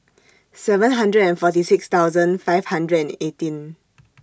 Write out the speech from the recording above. seven hundred and forty six thousand five hundred and eighteen